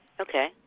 Okay